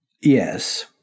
Yes